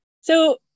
So-